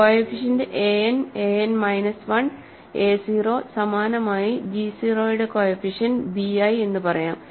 coefficient an an minus 1എ 0 സമാനമായി g 0 ന്റെ കോഎഫിഷ്യന്റ് b i എന്ന് പറയാം